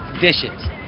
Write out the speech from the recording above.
dishes